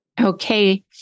Okay